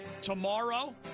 tomorrow